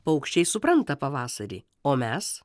paukščiai supranta pavasarį o mes